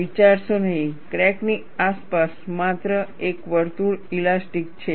વિચારશો નહીં ક્રેકની આસપાસ માત્ર એક વર્તુળ ઇલાસ્ટીક છે